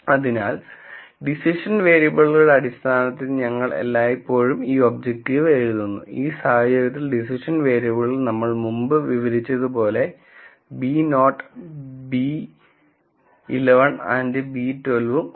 അതിനാൽ ഡിസിഷൻ വേരിയബിളുകളുടെ അടിസ്ഥാനത്തിൽ ഞങ്ങൾ എല്ലായ്പ്പോഴും ഈ ഒബ്ജക്റ്റീവ് എഴുതുന്നു ഈ സാഹചര്യത്തിൽ ഡിസിഷൻ വേരിയബിളുകൾ നമ്മൾ മുമ്പ് വിവരിച്ചതുപോലെ β naught β 1 1 and β 1 2 ഉം അല്ല